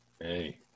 Hey